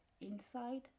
inside